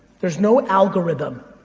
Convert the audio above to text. there's no algorithm.